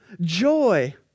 joy